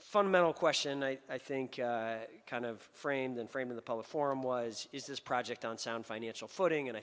fundamental question i think kind of frame then frame in the public forum was is this project on sound financial footing and i